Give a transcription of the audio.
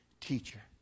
teacher